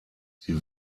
sie